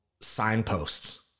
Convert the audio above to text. signposts